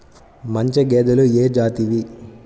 మంచి గేదెలు ఏ జాతివి?